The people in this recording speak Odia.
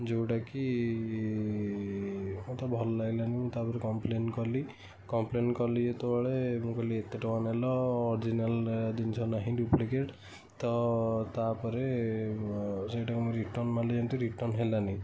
ଯେଉଁଟାକି ମୋତେ ଭଲ ଲାଗିଲାନି ତା'ପରେ କମ୍ପ୍ଲେନ୍ କଲି କମ୍ପ୍ଲେନ୍ କଲି ଯେତେବେଳେ ମୁଁ କହିଲି ଏତେ ଟଙ୍କା ନେଲ ଅରିଜିନାଲ୍ ଜିନିଷ ନାହିଁ ଡୁପ୍ଲିକେଟ୍ ତ ତା'ପରେ ସେଇଟାକୁ ମୁଁ ରିଟର୍ନ ମାରିଲି ଯେମିତି ରିଟର୍ନ ହେଲାନି